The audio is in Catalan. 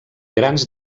grans